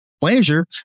pleasure